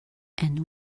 and